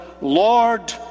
Lord